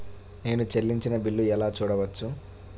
నేను చెల్లించిన బిల్లు ఎలా చూడవచ్చు?